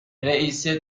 رئیست